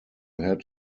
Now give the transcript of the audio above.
had